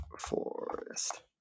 forest